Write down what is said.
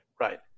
Right